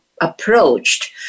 Approached